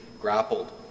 grappled